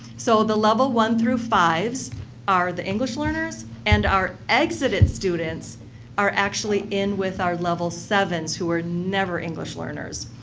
so the level one through fives are the english learners and our exited students are actually in with our level sevens who were never english learners.